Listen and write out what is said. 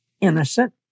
innocent